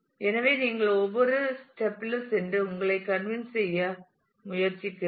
எனவே நீங்கள் ஒவ்வொரு ஸ்றெப் லும் சென்று உங்களை கண்வின்ஸ் செய்ய முயற்சி செய்யலாம்